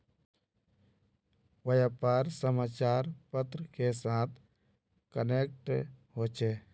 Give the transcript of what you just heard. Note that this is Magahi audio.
व्यापार समाचार पत्र के साथ कनेक्ट होचे?